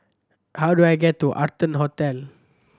how do I get to Arton Hotel